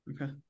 Okay